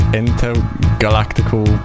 intergalactical